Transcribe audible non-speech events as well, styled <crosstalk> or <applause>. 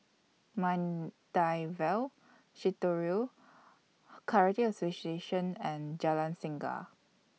Maida Vale Shitoryu <noise> Karate Association and Jalan Singa